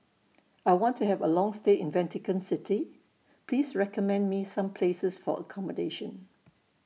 I want to Have A Long stay in Vatican City Please recommend Me Some Places For accommodation